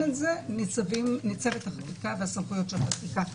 את זה ניצבת החקיקה והסמכויות של החקיקה.